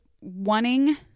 wanting